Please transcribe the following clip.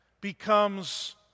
becomes